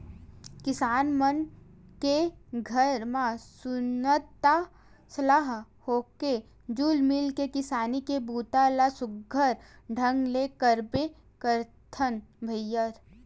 किसान मन के घर म सुनता सलाह होके जुल मिल के किसानी के बूता ल सुग्घर ढंग ले करबे करथन भईर